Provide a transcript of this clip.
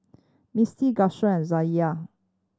Mistie and Zaniyah